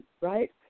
right